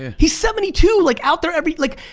he's seventy two like out there every like,